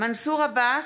מנסור עבאס,